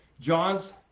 John's